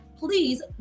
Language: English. please